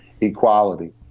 equality